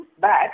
back